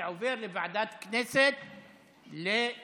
זה עובר לוועדת הכנסת להכרעה.